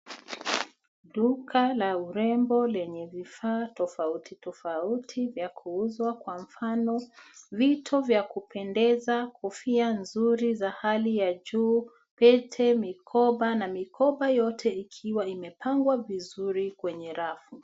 Duka la urembo lenye vifaa tofauti tofauti vya kuuzwa kwa mfano vito vya kupendeza, kofia nzuri za hali ya juu, pete, mikoba na mikoba yote ikiwa inepangwa vizuri kwenye rafu.